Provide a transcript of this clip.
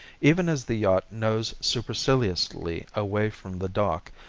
even as the yacht nosed superciliously away from the dock,